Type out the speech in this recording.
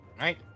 right